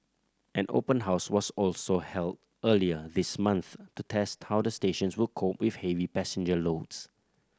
an open house was also held earlier this month to test how the stations would cope with heavy passenger loads